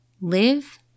live